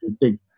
big